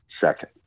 second